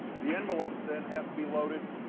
the envelopes then have to be loaded,